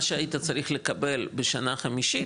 מה שהיית צריך לקבל בשנה חמישית,